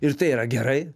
ir tai yra gerai